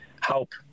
help